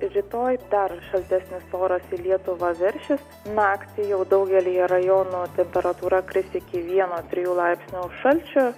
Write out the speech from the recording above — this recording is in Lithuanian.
rytoj dar šaltesnis oras į lietuvą veršis naktį jau daugelyje rajonų temperatūra kris iki vieno trijų laipsnių šalčio